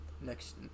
next